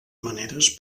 maneres